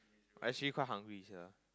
actually quite hungry sia